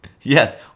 Yes